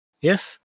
Yes